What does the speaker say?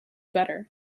better